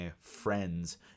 friends